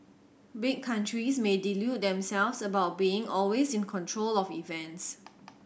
big countries may delude themselves about being always in control of events